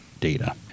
data